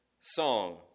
song